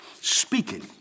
speaking